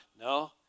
no